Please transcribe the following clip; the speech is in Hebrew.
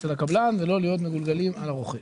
אצל הקבלן ולא להיות מגולגלים על הרוכש.